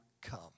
come